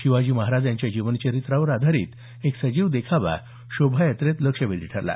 शिवाजी महाराज यांच्या जीवन चरित्रावर आधारीत एक सजीव देखावा शोभायात्रेत लक्षवेधी ठरला